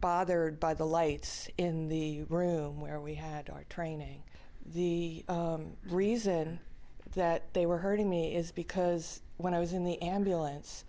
bothered by the lights in the room where we had our training the reason that they were hurting me is because when i was in the ambulance